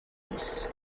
peace